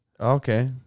Okay